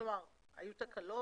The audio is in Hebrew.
כלומר, היו תקלות?